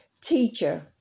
teacher